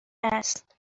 است